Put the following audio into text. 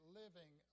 living